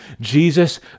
Jesus